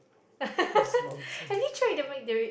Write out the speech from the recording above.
oh it's nonsense